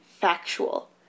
factual